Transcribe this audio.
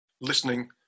listening